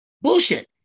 Bullshit